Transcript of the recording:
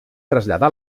traslladà